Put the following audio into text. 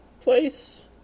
place